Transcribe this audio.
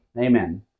Amen